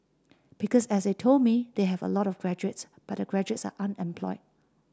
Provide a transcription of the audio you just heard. because as they told me they have a lot of graduates but the graduates are unemployed